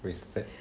wasted